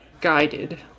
guided